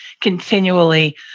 continually